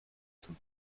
zum